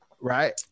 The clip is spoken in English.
right